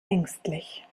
ängstlich